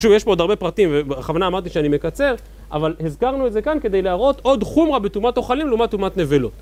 תשמעו, יש פה עוד הרבה פרטים, והכוונה אמרתי שאני מקצר, אבל הזכרנו את זה כאן כדי להראות עוד חומרה בתאומת אוכלים לעומת תאומת נבלות.